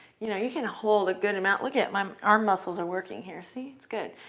you know you can hold a good amount. look, yeah my arm muscles are working here. see? it's good.